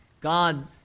God